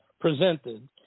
presented